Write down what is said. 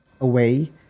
away